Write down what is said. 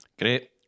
Great